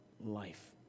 life